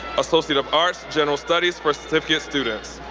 associate of arts, general studies for certificate students.